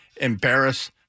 embarrass